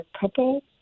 couple